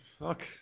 Fuck